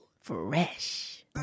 Fresh